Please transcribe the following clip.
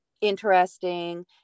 interesting